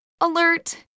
Alert